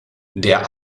der